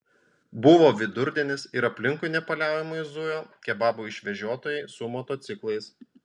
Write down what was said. buvo vidurdienis ir aplinkui nepaliaujamai zujo kebabų išvežiotojai su motociklais